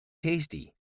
tasty